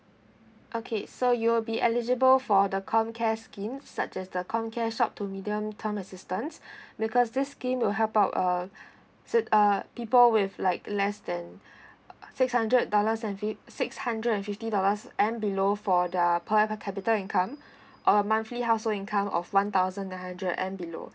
okay so you will be eligible for the comcare scheme such as the comcare short to medium term assistance because this scheme will help out uh is it uh people with like less than six hundred dollars and fif~ six hundred and fifty dollars and below for their per capita income a monthly household income of one thousand nine hundred and below